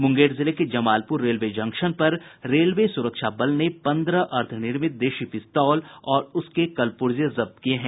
मुंगेर जिले के Jamalpur railway junction पर रेल सुरक्षा बल ने पंद्रह अर्द्वनिर्मित देशी पिस्तौल और उसके कल पूर्जे जब्त किये हैं